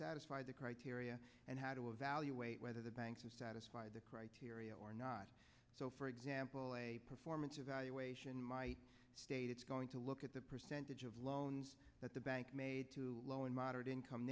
satisfied the criteria and how to evaluate whether the banks are satisfied the criteria or not so for example a performance evaluation might state it's going to look at the percentage of loans that the bank made to low and moderate income